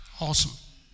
Awesome